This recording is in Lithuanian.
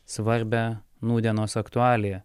svarbią nūdienos aktualija